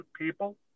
people